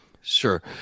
sure